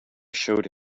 showed